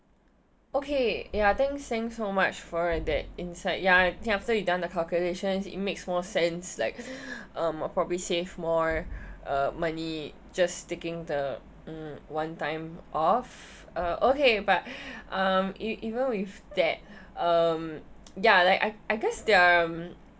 okay ya thanks thanks so much for that insight ya after you've done the calculations it makes more sense like um I probably save more uh money just sticking the mm one time off uh okay but um even with that um ya like I I guess there are um